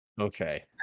Okay